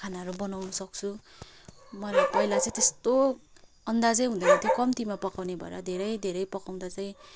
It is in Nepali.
खानाहरू बनाउनु सक्छु मलाई पहिला चाहिँ त्यस्तो अन्दाजै हुँदैन थियो कम्तीमा पकाउने भएर धेरै धेरै पकउँदा चाहिँ